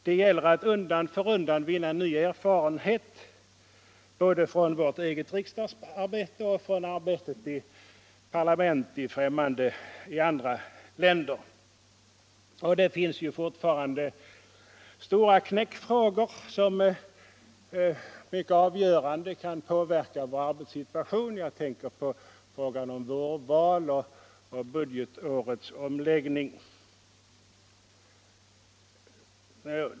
Det gäller att undan för undan vinna erfarenheter både från vårt eget riksdagsarbete och från arbetet i parlament i andra länder. Det finns fortfarande stora knäckfrågor, som mycket avgörande kan påverka vår arbetssituation. Jag tänker exempelvis på frågan om vårval och budgetårets omläggning.